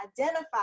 identify